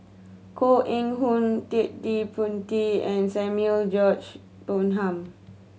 Koh Eng Hoon Ted De Ponti and Samuel George Bonham